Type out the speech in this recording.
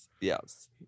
Yes